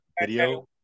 video